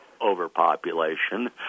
overpopulation